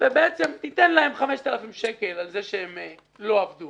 בעצם תן להם 5,000 שקל על כך שהם לא עבדו